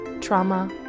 Trauma